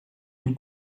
une